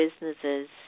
businesses